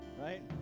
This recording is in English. right